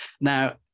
Now